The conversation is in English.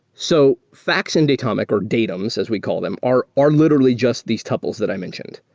so facts in datomic, or datums, as we call them, are are literally just these tuples that i mentioned.